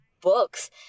books